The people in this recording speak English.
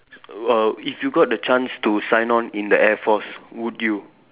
err if you got the chance to sign on in the air force would you